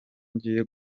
ngiye